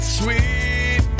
sweet